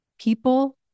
People